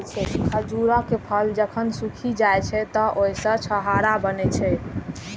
खजूरक फल जखन सूखि जाइ छै, तं ओइ सं छोहाड़ा बनै छै